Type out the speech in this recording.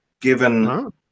given